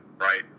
right